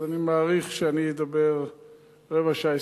אז אני מעריך שאני אדבר רבע שעה,